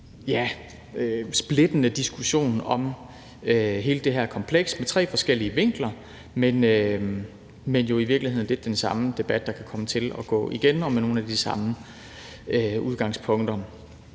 og splittende diskussion om hele det her kompleks med tre forskellige vinkler, men hvor det jo i virkeligheden lidt er den samme debat, der kan komme til at gå igen og med nogle af de samme udgangspunkter.